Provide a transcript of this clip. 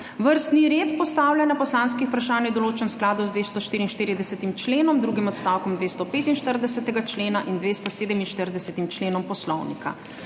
Vrstni red postavljanja poslanskih vprašanj je določen v skladu z 244. členom, drugim odstavkom 245. člena in 247. členom Poslovnika.